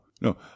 no